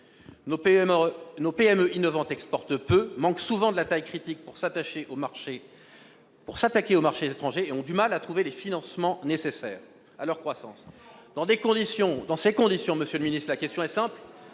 Nos PME innovantes exportent peu, n'ont souvent pas la taille critique pour s'attaquer aux marchés étrangers et ont du mal à trouver les financements nécessaires à leur croissance. Monsieur le ministre, ma question est simple